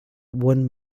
one